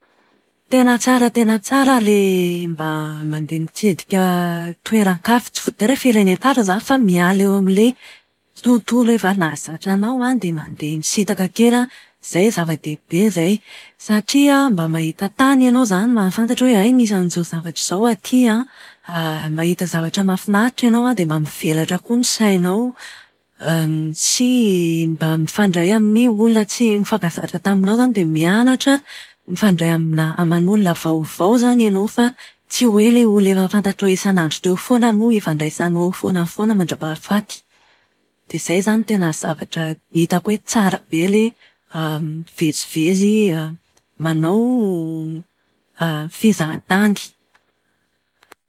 Tena tsara tena tsara ilay mba mandeha mitsidika toeran-kafa. Tsy voatery hoe firenen-kafa izany fa miala eo main'ilay tontolo efa nahazatra anao dia mandeha misintaka kely. Izay zava-dehibe izay satria mba mahita tany ianao izany mahafantatra hoe hay misy an'izao zavatra izao aty an. Mahita zavatra mahafinaritra ianao an dia mba mivelatra koa ny sainao. sy mba mifandray amin'ny olona tsy mifankazatra taminao izany dia mianatra mifandray amina aman'olona vaovao izany ianao fa tsy hoe ilay olona efa fantatrao isanandro teo foana no ifandraisanao foana foana mandrapahafaty. Dia izay izany tena zavatra hitako hoe tsara be ilay mivezivezy manao fizahan-tany.